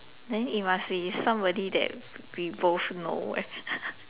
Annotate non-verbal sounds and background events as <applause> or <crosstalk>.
then it must be somebody that we both know leh <laughs>